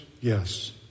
Yes